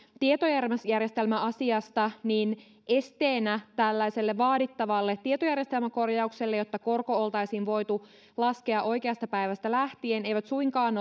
tietojärjestelmäasiasta niin esteenä tällaiselle vaadittavalle tietojärjestelmäkorjaukselle jotta korko oltaisiin voitu laskea oikeasta päivästä lähtien ei suinkaan